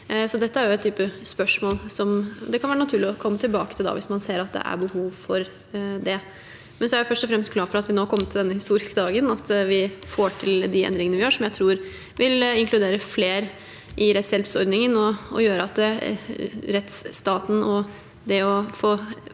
Dette er en type spørsmål som det kan være naturlig å komme tilbake til da hvis man ser at det er behov for det. Jeg er først og fremst glad for at vi nå har kommet til denne historiske dagen, og at vi får til de endringene vi gjør, som jeg tror vil inkludere flere i rettshjelpsordningen og gjøre at rettsstaten, og det å få